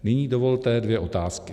Nyní dovolte dvě otázky.